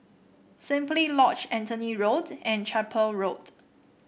Simply Lodge Anthony Road and Chapel Road